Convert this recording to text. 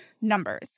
numbers